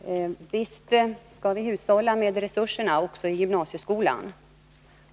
Herr talman! Visst skall vi hushålla med resurserna också i gymnsieskolan,